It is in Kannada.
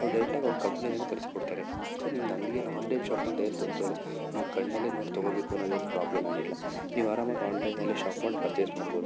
ಅವ್ರು ಡೈರೆಕ್ಟಾಗಿ ಅವ್ರ ಕಂಪ್ನಿಯಿಂದಲೇ ತರಿಸ್ಕೊಡ್ತಾರೆ ಇಷ್ಟಕ್ಕು ನಿಮ್ಮ ಅಂಗಡಿಗೇನು ಆನ್ಲೈನ್ ಶಾಪಿಂಗ್ ಏನು ತೊಂದರೆ ಇಲ್ಲ ನೀವು ಕಣ್ಣಲ್ಲೆ ನೋಡಿ ತಗೋಬೇಕು ಅನ್ನೋದೇನು ಪ್ರಾಬ್ಲಮ್ ಏನಿಲ್ಲ ನೀವು ಆರಾಮಾಗಿ ಆನ್ಲೈನಲ್ಲಿ ಶಾಪ್ ಮಾಡಿ ಪರ್ಚೆಸ್ ಮಾಡ್ಬೋದು